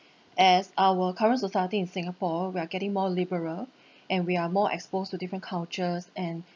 as our current society in singapore we are getting more liberal and we are more exposed to different cultures and